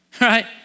right